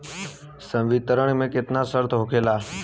संवितरण के केतना शर्त होखेला?